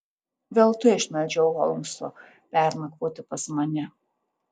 veltui aš meldžiau holmso pernakvoti pas mane